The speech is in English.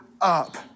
up